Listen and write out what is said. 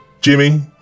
Jimmy